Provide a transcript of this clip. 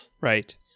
right